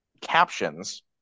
captions